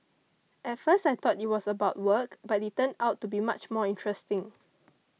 at first I thought it was about work but it turned out to be much more interesting